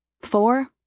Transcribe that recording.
Four